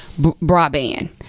broadband